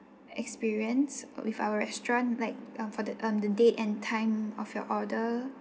experience with our restaurant like um for the um the date and time of your order